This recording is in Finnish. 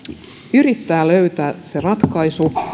yrittää löytää se ratkaisu